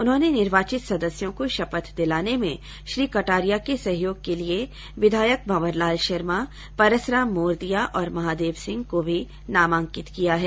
उन्होंने निर्वाचित सदस्यों को शपथ दिलाने में श्री कटारिया के सहयोग के लिए विधायक भंवरलाल शर्मा परसराम मोरदिया और महादेव सिंह को भी नामांकित किया है